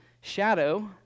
Shadow